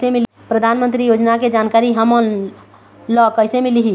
परधानमंतरी योजना के जानकारी हमन ल कइसे मिलही?